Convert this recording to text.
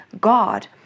God